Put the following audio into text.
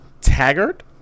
Taggart